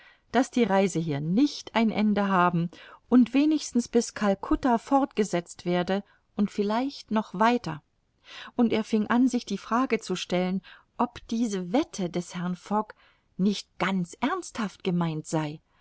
daß die reise hier nicht ein ende haben und wenigstens bis calcutta fortgesetzt werde und vielleicht noch weiter und er fing an sich die frage zu stellen ob diese wette des herrn fogg nicht ganz ernsthaft gemeint sei